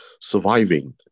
surviving